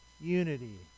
unity